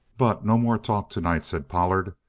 but no more talk tonight, said pollard.